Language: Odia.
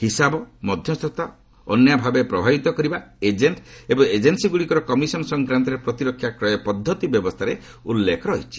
ହିସାବ ମଧ୍ୟସ୍ଥତା ଅନ୍ୟାୟ ଭାବେ ପ୍ରଭାବିତ କରିବା ଏଜେଣ୍ଟ ଏବଂ ଏଜେନ୍ନୀଗୁଡ଼ିକର କମିଶନ୍ ସଂକ୍ରାନ୍ତରେ ପ୍ରତିରକ୍ଷା କ୍ରୟ ପଦ୍ଧତି ବ୍ୟବସ୍ଥାରେ ଉଲ୍ଲେଖ ରହିଛି